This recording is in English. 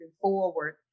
forward